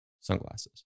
sunglasses